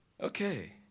Okay